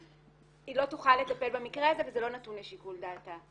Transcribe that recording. היא לא תוכל לטפל במקרה הזה וזה לא נתון לשיקול דעתה.